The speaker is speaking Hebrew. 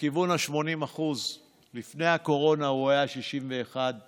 לכיוון ה-80% לפני הקורונה הוא היה 61%